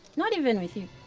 not even with you.